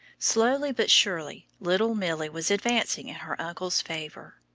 slowly but surely little milly was advancing in her uncle's favor.